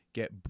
get